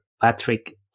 patrick